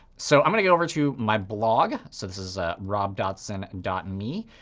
so i'm going go over to my blog. so this is ah robdodson and and me.